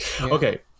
Okay